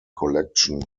collection